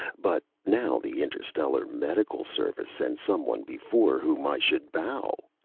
but now the interstellar medical service sends someone before whom i should bow!